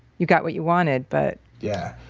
you got what you wanted but. yeah.